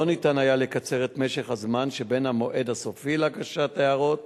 לא ניתן היה לקצר את משך הזמן שבין המועד הסופי להגשת הערות